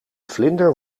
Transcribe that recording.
vlinder